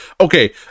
Okay